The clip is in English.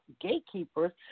gatekeepers